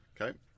Okay